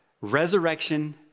resurrection